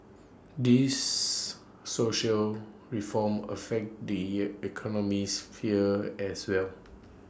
these social reforms affect the economic sphere as well